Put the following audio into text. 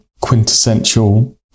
quintessential